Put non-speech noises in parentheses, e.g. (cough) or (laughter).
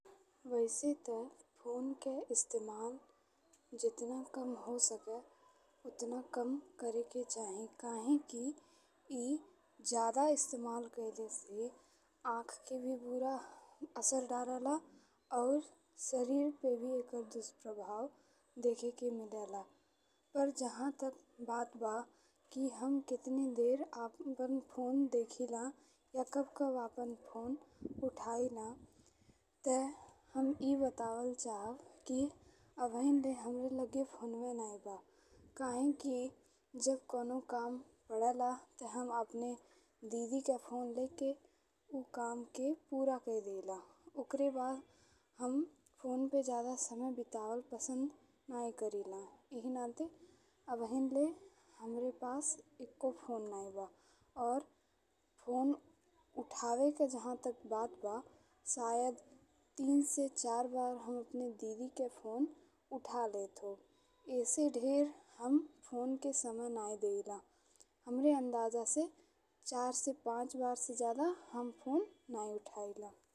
(noise) वैसे ते फोन के इस्तेमाल जेतना कम हो सके ओतना कम करेके चाही काहे कि ए ज्यादा इस्तेमाल कइले से आँख के भी बुरा (hesitation) असर डारेला अउर शरीर पे भी एकर दुष्प्रभाव देखे के मिलेला। पर जहाँ तक बात बा कि हम कतना देर (hesitation) अपन फोन देखिला या कब कब अपन फोन उठईला ते हम ए बतावल चाहब कि अबहिं ले हमरे लगे फोनवे नहीं बा काहेकि जब कवनो काम पड़ेला ते हम अपने दीदी के फोन लेके उ काम के पूरा कइ देइला। (noise) ओकरे बाद हम फोन पे ज्यादा समय बितावल पसंद नहीं करिला। एह नाते अबहिं ले हमरे पास एक्को फोन नहीं बा। और फोन (hesitation) उठावे के जहाँ तक बात बा शायद तीन से चार बार हम अपने दीदी के फोन उठा लेत होब। (noise) एसे ढेर हम फोन के समय नहीं देइला। हमरे अंदाजा से चार से पाँच बार से ज्यादा (noise) हम फोन नहीं उठइला।